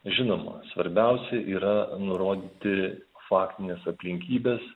žinoma svarbiausia yra nurodyti faktines aplinkybes